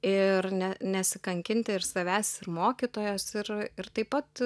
ir ne nesikankinti ir savęs ir mokytojos ir ir taip pat